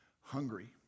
hungry